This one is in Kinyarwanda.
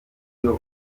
iyo